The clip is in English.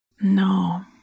No